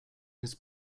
his